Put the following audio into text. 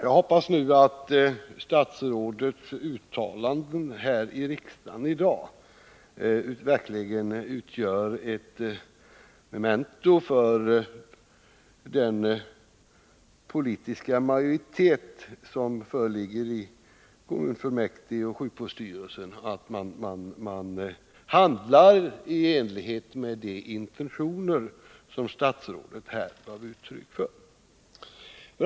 Nu hoppas jag att statsrådets uttalanden i riksdagen i dag verkligen utgör ett memento för den poiltiska majoritet som föreligger i kommunfullmäktige och sjukvårdsstyrelsen — att man handlar i enlighet med de intentioner som statsrådet här gav uttryck för.